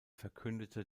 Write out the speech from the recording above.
verkündete